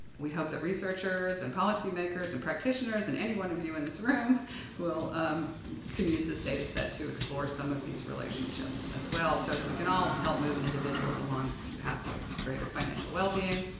we hope that researchers and policymakers and practitioners and any one of you in this room will, um can use this data set to explore some of these relationships, as well, so that we can all help move individuals along a pathway to greater financial wellbeing.